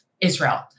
Israel